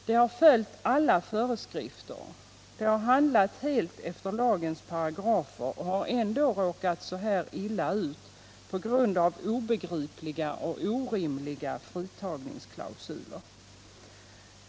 De har följt alla föreskrifter och handlat helt efter lagens paragrafer och har ändå råkat så här illa ut på grund av obegripliga och orimliga fritagningsklausuler.